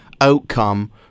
outcome